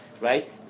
right